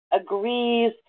agrees